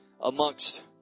amongst